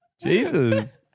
Jesus